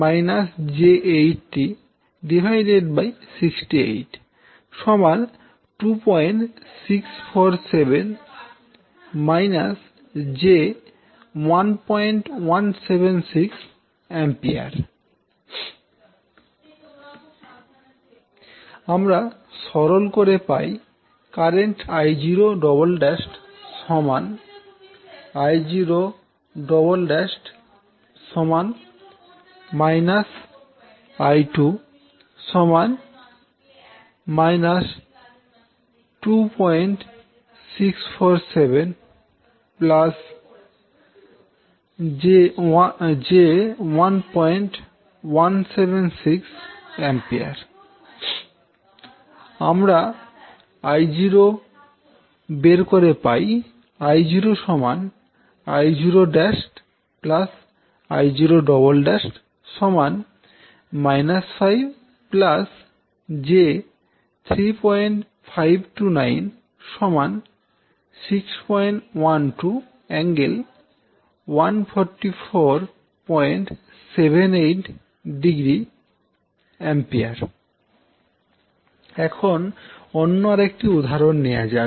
কিন্তু I2 2180 − j8068 2647 j 1176 A আমরা সরল করে পাই কারেন্ট I0′′ সমান I0′′ −I2 −2647 j1176 A আমরা I0 বের করে পাই I0 I0′ I0′′ −5 j3529 612∠14478° A এখন অন্য একটি উদাহরণ নেওয়া যাক